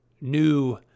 new